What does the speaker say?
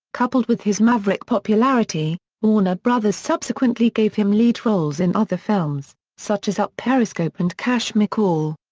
coupled with his maverick popularity, warner brothers subsequently gave him lead roles in other films, such as up periscope and cash mccall.